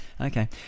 Okay